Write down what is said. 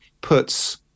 puts